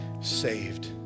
saved